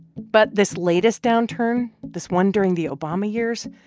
but this latest downturn, this one during the obama years,